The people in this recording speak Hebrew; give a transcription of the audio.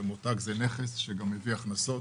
ומותג זה נכס שגם מביא הכנסות.